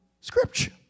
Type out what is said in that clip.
Scripture